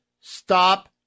stop